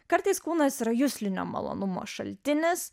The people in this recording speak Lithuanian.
kartais kūnas yra juslinio malonumo šaltinis